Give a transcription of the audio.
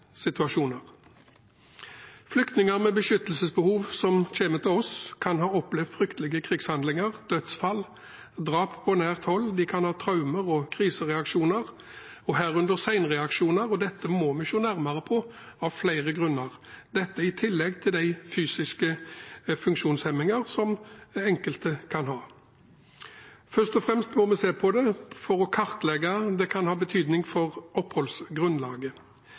sikkerhetssituasjoner. Flyktninger med beskyttelsesbehov som kommer til oss, kan ha opplevd fryktelige krigshandlinger, dødsfall og drap på nært hold, og de kan ha traumer og krisereaksjoner, herunder senreaksjoner. Dette må vi se nærmere på av flere grunner – i tillegg til fysiske funksjonshemninger som enkelte kan ha. Først og fremst må man se på det for å kartlegge om det kan ha betydning for oppholdsgrunnlaget.